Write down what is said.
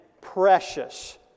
precious